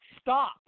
stop